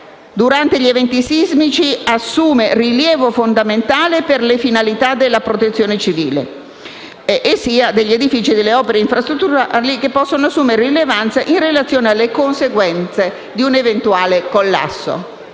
durante gli eventi sismici assume rilievo fondamentale per le finalità della Protezione civile, sia degli edifici e delle opere infrastrutturali che possono assumere rilevanza in relazione alle conseguenze di un eventuale collasso.